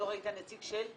שלא ראית נציג של?